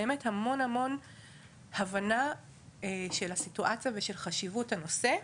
באמת המון הבנה של הסיטואציה ושל חשיבות הנושא.